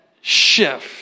shift